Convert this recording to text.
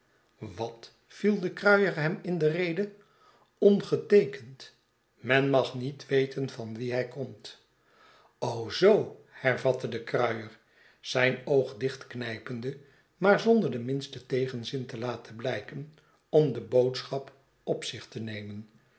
wat viel de kruier hem in de rede ongeteekend men mag niet weten van wien hij komt zoo hervatte de kruier zijn oog dichtknijpende maar zonder den minsten tegenzin te laten blijken om de boodschap op zich te nemen